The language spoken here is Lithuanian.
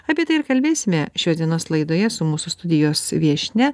apie tai ir kalbėsime šios dienos laidoje su mūsų studijos viešnia